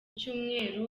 cyumweru